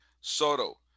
Soto